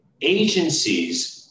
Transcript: agencies